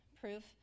proof